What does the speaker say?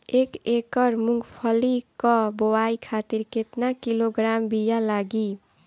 एक एकड़ मूंगफली क बोआई खातिर केतना किलोग्राम बीया लागी?